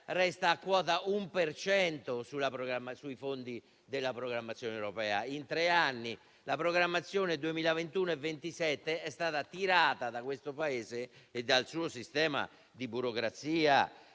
per cento sui fondi della programmazione europea. In tre anni, la programmazione 2021-2027 è stata tirata da questo Paese e dal suo sistema di burocrazia